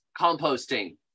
composting